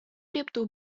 лепту